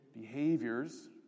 behaviors